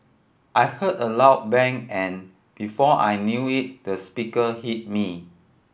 I heard a loud bang and before I knew it the speaker hit me